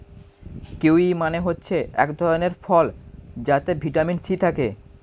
kiwi মানে হচ্ছে এক ধরণের ফল যাতে ভিটামিন সি থাকে